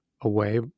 away